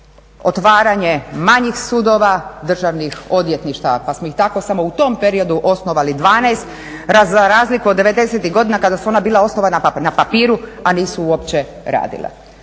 otvaranje manjih sudova, državnih odvjetništava, pa smo ih tako samo u tom periodu osnovali 12 za razliku od devedesetih godina kada su ona bila osnovana na papiru, a nisu uopće radila.